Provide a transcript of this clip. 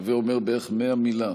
הווי אומר בערך 100 מילה.